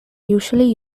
usually